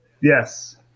Yes